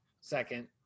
second